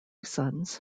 sons